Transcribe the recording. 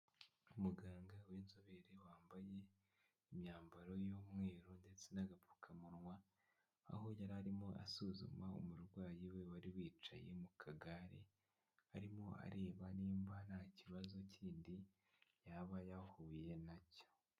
Umuganga w'inzobere wambaye imyambaro y'umweru ndetse n'agapfukamunwa, aho yari arimo asuzuma umurwayi we wari wicaye mu kagare, arimo areba nimba nta kibazo kindi yaba yahuye nacyo.